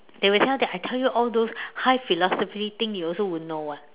they will tell that I tell you all those high philosophy thing you also won't know [what]